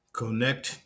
connect